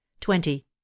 Twenty